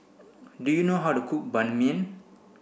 do you know how to cook Ban Mian